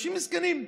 אנשים מסכנים,